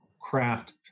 craft